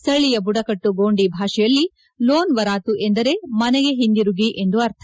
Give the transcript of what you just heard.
ಸ್ಥಳೀಯ ಬುಡಕಟ್ಟು ಗೋಂಡಿ ಭಾಷೆಯಲ್ಲಿ ಲೋನ್ ವರಾತು ಎಂದರೆ ಮನೆಗೆ ಹಿಂತಿರುಗಿ ಎಂದು ಅರ್ಥ